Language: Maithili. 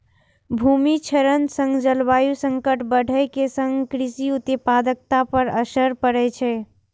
भूमि क्षरण सं जलवायु संकट बढ़ै के संग कृषि उत्पादकता पर असर पड़ै छै